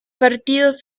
partidos